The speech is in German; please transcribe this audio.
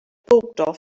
burgdorf